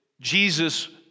Jesus